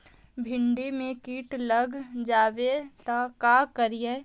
भिन्डी मे किट लग जाबे त का करि?